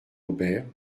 hobert